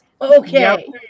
Okay